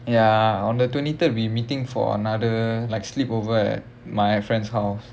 ya on the twenty third we meeting for another like sleepover at my friend's house